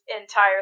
entire